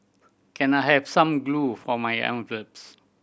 can I have some glue for my envelopes